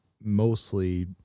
mostly